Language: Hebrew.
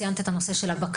את ציינת את נושא הבקר.